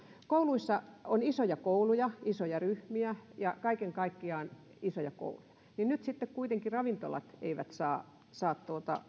kun on isoja kouluja isoja ryhmiä ja kaiken kaikkiaan isoja kouluja niin nyt kuitenkaan ravintolat eivät saa saa